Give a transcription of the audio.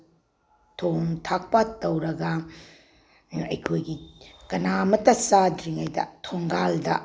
ꯊꯣꯡꯊꯥꯛꯄ ꯇꯧꯔꯒ ꯑꯩꯈꯣꯏꯒꯤ ꯀꯅꯥꯃꯠꯇ ꯆꯥꯗ꯭ꯔꯤꯉꯩꯗ ꯊꯣꯡꯒꯥꯜꯗ